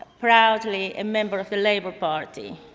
proudly, a member of the labour party.